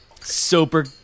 Super